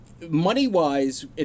Money-wise